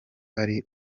ari